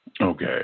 Okay